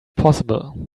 possible